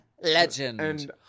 Legend